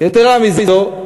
יתרה מזאת,